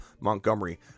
Montgomery